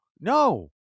No